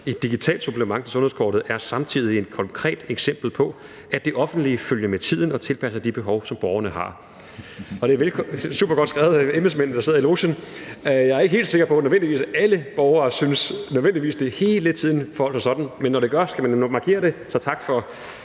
et digitalt supplement til sundhedskortet samtidig er et konkret eksempel på, at det offentlige følger med tiden og tilpasser de behov, som borgerne har. Det er supergodt skrevet af embedsmændene, der sidder i logen. Jeg er ikke helt sikker på, at alle borgere nødvendigvis synes, at det hele tiden forholder sig sådan, men når det gør det, skal man markere det. Så tak for,